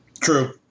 True